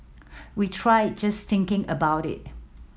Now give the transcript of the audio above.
we tried just thinking about it